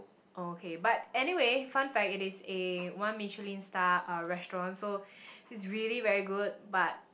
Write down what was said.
oh okay but anyway fun fact it is a one Michelin star restaurant so it's really very good but